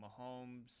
Mahomes